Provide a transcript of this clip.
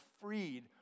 freed